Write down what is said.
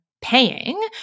paying